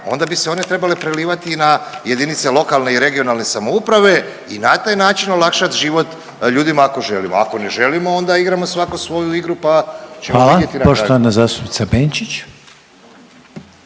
onda bi se one trebale prelivati i na jedinice lokalne i regionalne samouprave i na taj način olakšat život ljudima ako želimo, ako ne želimo onda igrajmo svako svoju igru, pa ćemo vidjeti na kraju. **Reiner, Željko